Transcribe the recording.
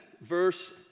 verse